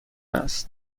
است